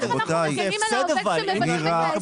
איך אנחנו מגנים על העובד כשמבטלים את ההסכם?